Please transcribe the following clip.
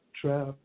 trap